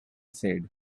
said